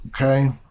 Okay